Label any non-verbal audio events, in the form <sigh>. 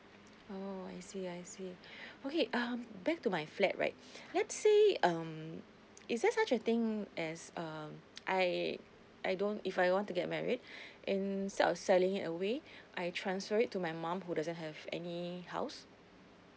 oh I see I see <breath> okay um back to my flat right <breath> let's say um is there such a thing as um <noise> I I don't if I want to get married <breath> instead of selling it away <breath> I transfer it to my mum who doesn't have any house